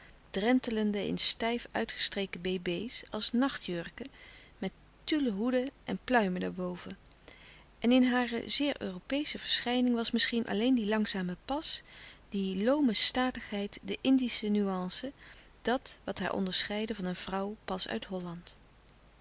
drentelende in stijf uitgestreken bébé's als nachtjurken met tulle hoeden en pluimen daarboven en in hare zeer europeesche verschijning was misschien alleen die langzame pas die loome statigheid de indische nuance dat wat haar onderscheidde van een vrouw pas uit holland